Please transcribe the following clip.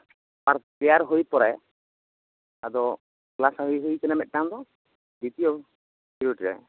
prayer ᱦᱩᱭ ᱯᱚᱨᱮ ᱟᱫᱚ ᱠᱮᱞᱟᱥ ᱦᱩᱭ ᱟᱠᱟᱱᱟ ᱢᱤᱫᱴᱟᱝ ᱫᱚ ᱫᱤᱛᱚᱭᱚ ᱯᱤᱨᱳᱰ ᱨᱮ